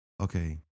okay